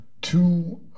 two